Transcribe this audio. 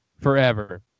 forever